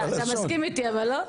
אתה מסכים איתי אבל, לא?